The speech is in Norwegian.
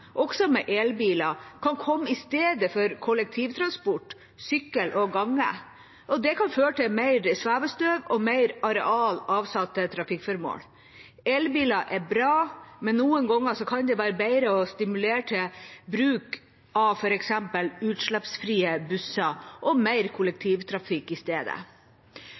også med elbiler, kan komme i stedet for kollektivtransport, sykkel og gange. Det kan føre til mer svevestøv og mer areal avsatt til trafikkformål. Elbiler er bra, men noen ganger kan det være bedre å stimulere til bruk av f.eks. utslippsfrie busser og mer kollektivtrafikk i stedet.